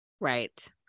right